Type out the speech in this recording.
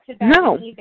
No